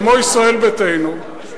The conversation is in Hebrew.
כמו ישראל ביתנו,